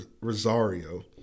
Rosario